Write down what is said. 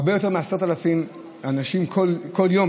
הרבה יותר מ-10,000 אנשים כל יום,